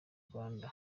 rwanda